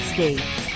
States